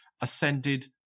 ascended